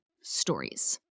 stories